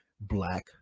Black